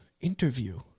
interview